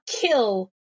kill